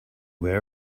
where